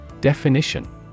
Definition